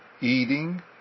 eating